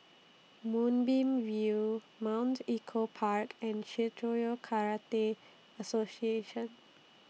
Moonbeam View Mount Echo Park and Shitoryu Karate Association